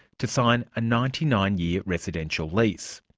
to sign a ninety nine year residential lease.